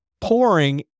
pouring